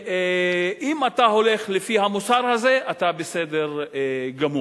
ואם אתה הולך לפי המוסר הזה אתה בסדר גמור.